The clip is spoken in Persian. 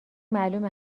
معلومه